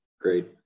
Great